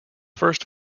first